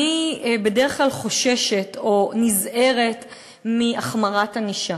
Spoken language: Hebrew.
אני בדרך כלל חוששת או נזהרת מהחמרת ענישה.